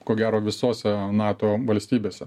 ko gero visose nato valstybėse